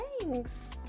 Thanks